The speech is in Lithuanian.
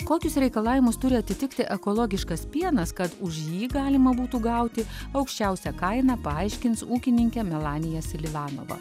kokius reikalavimus turi atitikti ekologiškas pienas kad už jį galima būtų gauti aukščiausią kainą paaiškins ūkininkė melanija silivanova